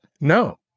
no